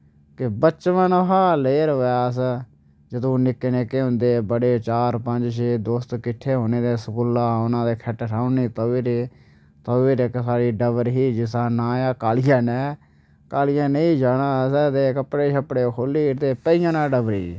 बचपन शा जदूं निक्के निक्के होंदे हे बड़े चार पंज छे दोस्त किट्ठे होने ते स्कूल औना ते सामनै तवी डबर ही लजिसदा नांऽ ऐ कालिया जाना असें ते कपड़े शपड़े खोह्ली पेई जाना डबरी च